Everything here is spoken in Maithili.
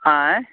आँय